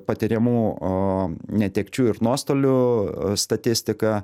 patiriamų netekčių ir nuostolių statistiką